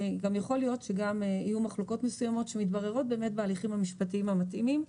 יכול להיות שיהיו מחלוקות מסוימות שמתבררות בהליכים המשפטיים המתאימים.